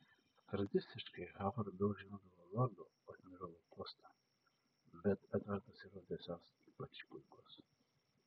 tradiciškai hovardai užimdavo lordo admirolo postą bet edvardas įrodė esąs ypač puikus